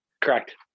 Correct